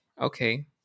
Okay